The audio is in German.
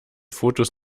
fotos